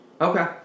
Okay